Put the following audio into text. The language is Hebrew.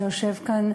שיושב כאן